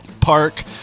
Park